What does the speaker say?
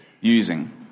using